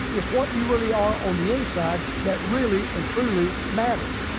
is what you really are on the inside that really and truly matters.